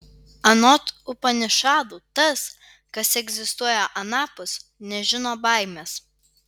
anot upanišadų tas kas egzistuoja anapus nežino baimės